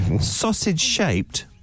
sausage-shaped